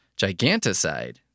Giganticide